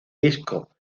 disco